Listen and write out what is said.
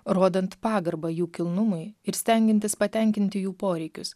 rodant pagarbą jų kilnumui ir stengiantis patenkinti jų poreikius